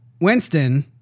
Winston